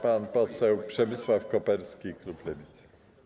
Pan poseł Przemysław Koperski, klub Lewicy.